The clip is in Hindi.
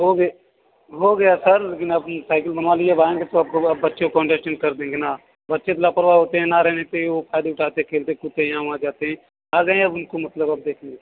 हो गया हो गया सर लेकिन अपनी साइकिल बनवा लिए जाएँगे तो अब बच्चे को अन्डर्स्टैन्ड कर देंगे ना बच्चे लापरवाह होते है ना रहने पर वह पैर उठाते खेलते कूदते है वहाँ जाते हैं आ जाते हैं उनको देख लीजिए सर